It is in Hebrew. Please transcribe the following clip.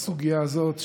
הסוגיה הזאת,